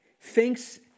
thinks